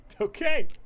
okay